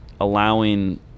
allowing